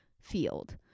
field